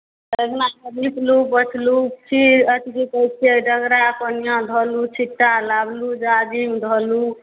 अङ्गना घर नीपलहुँ पोछलहुँ खीर अथी जे कहैत छियै डगरा कोनिया धोलहुँ छिट्टा लाबलहुँ जाजीम धोलहुँ